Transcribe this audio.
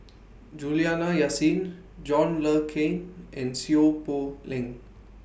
Juliana Yasin John Le Cain and Seow Poh Leng